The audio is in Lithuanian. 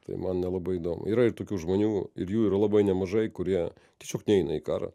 tai man nelabai įdomu yra tokių žmonių ir jų yra labai nemažai kurie tiesiog neina į karą